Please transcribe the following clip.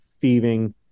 thieving